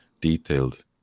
detailed